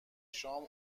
شام